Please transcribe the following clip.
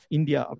India